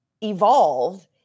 evolve